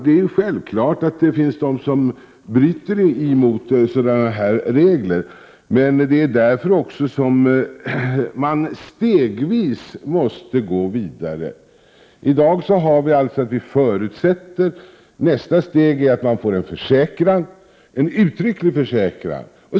Det är självklart att det finns de som bryter mot dessa regler, men det är också därför som man stegvis måste gå vidare. I dag befinner vi oss på en nivå som innebär att vi förutsätter. Nästa steg är att vi får en uttrycklig försäkran.